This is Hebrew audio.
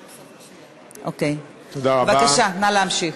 אוקיי, בבקשה, נא להמשיך.